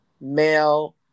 male